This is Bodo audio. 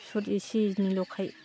सुद इसे एनैल'खाय